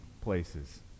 places